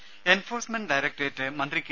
രുമ enforcement directorate മന്ത്രി K